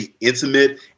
intimate